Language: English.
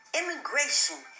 immigration